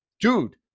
dude